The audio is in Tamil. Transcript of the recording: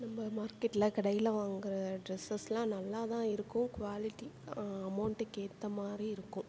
நம்ம மார்க்கெட்டில் கடையில் வாங்குற ட்ரெஸ்ஸஸுலாம் நல்லா தான் இருக்கும் குவாலிட்டி அமௌண்ட்டுக்கு ஏற்ற மாதிரி இருக்கும்